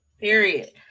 Period